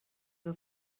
que